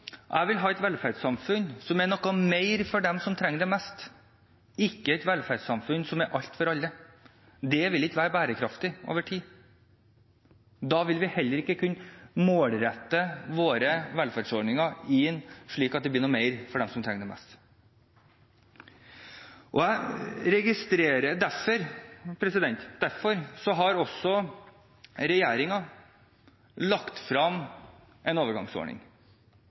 er alt for alle. Det vil ikke være bærekraftig over tid. Da vil vi heller ikke kunne målrette våre velferdsordninger slik at det blir mer for dem som trenger det mest. Derfor har også regjeringen lagt frem en overgangsordning som det ikke var tatt høyde for før denne regjeringen fremmet den, og som vi så på bakgrunn også